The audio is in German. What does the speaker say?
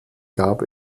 gab